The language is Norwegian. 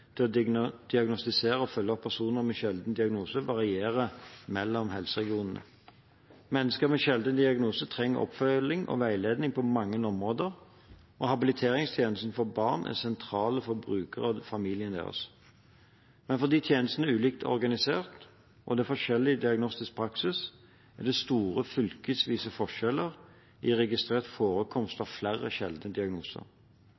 til å diagnostisere og følge opp personer med sjelden diagnose varierer mellom helseregionene. Mennesker med sjeldne diagnoser trenger oppfølging og veiledning på mange områder, og habiliteringstjenesten for barn er sentral for brukerne og familien deres. Men fordi tjenesten er ulikt organisert, og det er forskjellig diagnostisk praksis, er det store fylkesvise forskjeller i registrert forekomst